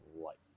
life